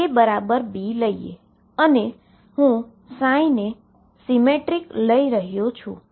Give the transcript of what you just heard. તો ચાલો આપણે A B લઈએ અને હુ સીમેટ્રીક લઈ રહ્યો છું